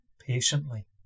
patiently